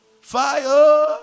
fire